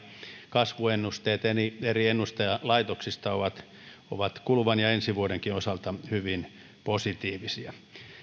kasvuennusteet eri ennustajalaitoksista ovat ovat kuluvan ja ja ensi vuodenkin osalta hyvin positiivisia